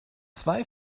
zwei